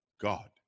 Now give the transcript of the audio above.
God